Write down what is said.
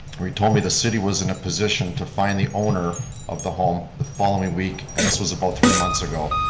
he told me the city was in a position to find the owner of the home the following week and this was about three months ago,